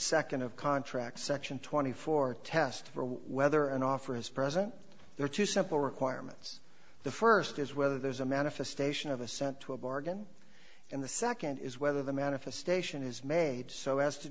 second of contract section twenty four test whether an offer is present there are two simple requirements the first is whether there's a manifestation of assent to a bargain and the second is whether the manifestation is made so as to